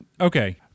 Okay